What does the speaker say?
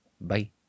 Bye